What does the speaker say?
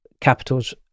capitals